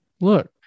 look